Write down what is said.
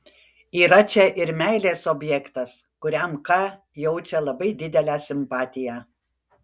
yra čia ir meilės objektas kuriam k jaučia labai didelę simpatiją